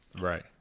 Right